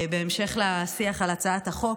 בהמשך לשיח על הצעת החוק,